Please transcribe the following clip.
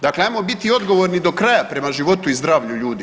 Dakle, ajmo biti odgovorni do kraja prema životu i zdravlju ljudi.